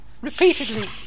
Repeatedly